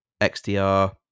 XDR